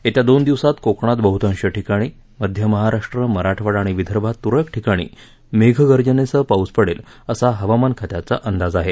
येत्या दोन दिवसात कोकणात बहतांश ठिकाणी मध्य महाराष्ट्र मराठवाडा आणि विदर्भात तुरळक ठिकाणी मेघगर्जनेसह पाऊस पडेल असा हवामान खात्याचा अंदाज आहे